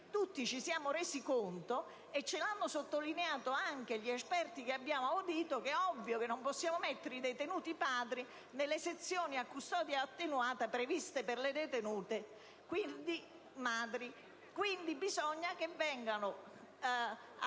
tutti ci siamo resi conto - ce l'hanno sottolineato anche gli esperti che abbiamo audito - che ovviamente non è possibile mettere i detenuti padri nelle sezioni a custodia attenuata previste per le detenute madri. Quindi è necessario che vengano allestite